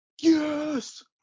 yes